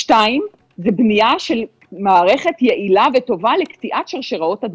שתיים זו בנייה של מערכת יעילה וטובה לקטיעת שרשראות הדבקה.